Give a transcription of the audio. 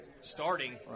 starting